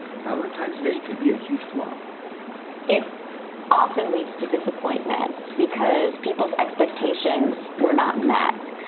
valentine's day could be a huge flop it often leads to disappointment because people's expectations were not met.